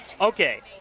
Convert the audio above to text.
Okay